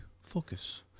focus